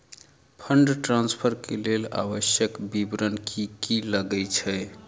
Fund transfer केँ लेल आवश्यक विवरण की की लागै छै?